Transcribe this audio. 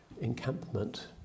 encampment